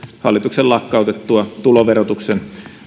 hallituksen lakkautettua tuloverotuksen